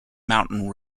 mountain